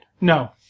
No